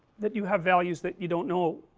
that you have values that you don't know,